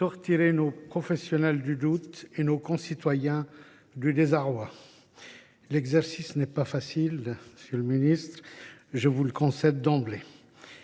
à nos professionnels de sortir du doute et à nos concitoyens du désarroi. L’exercice n’est pas facile, monsieur le ministre, je vous le concède d’emblée.